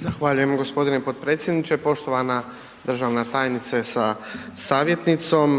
Zahvaljujem gospodine potpredsjedniče. Poštovana državna tajnice sa savjetnicom.